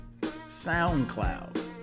SoundCloud